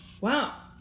Wow